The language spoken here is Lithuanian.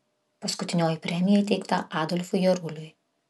paskutinioji premija įteikta adolfui jaruliui